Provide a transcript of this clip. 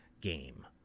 game